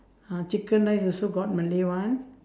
uh chicken rice also got malay one